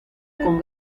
con